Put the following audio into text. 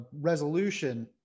resolution